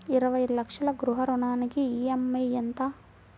ఇరవై లక్షల గృహ రుణానికి ఈ.ఎం.ఐ ఎంత?